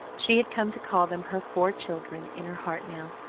she had come to call them her four children in her heart now,